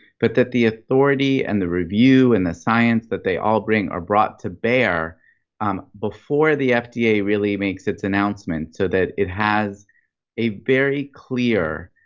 but that the authority and the review and the science that they all bring are brought to bear before the fda really makes its announcement so that it has a very clear